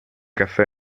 caffè